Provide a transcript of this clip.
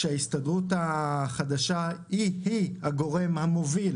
ההסתדרות החדשה היא-היא הגורם המוביל